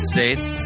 States